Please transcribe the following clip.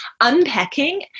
unpacking